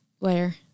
layer